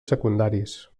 secundaris